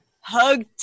Hug